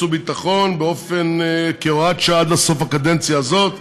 וביטחון בהוראת שעה עד לסוף הקדנציה הזאת.